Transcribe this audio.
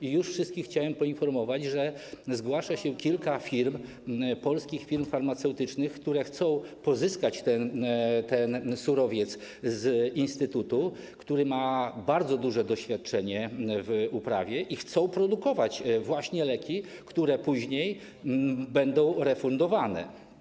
I wszystkich chciałem poinformować, że zgłasza się kilka firm, polskich firm farmaceutycznych, które chcą pozyskać ten surowiec z instytutu, który ma bardzo duże doświadczenie w uprawie, i chcą produkować leki, które później będą refundowane.